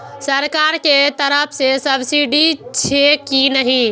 सरकार के तरफ से सब्सीडी छै कि नहिं?